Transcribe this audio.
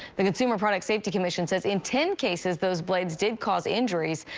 the consumer product safety commission says in ten cases, those blades did cause injuries.